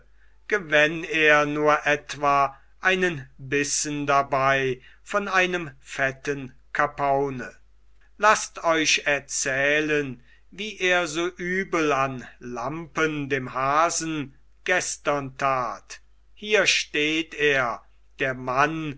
gewänn er nur etwa einen bissen dabei von einem fetten kapaune laßt euch erzählen wie er so übel an lampen dem hasen gestern tat hier steht er der mann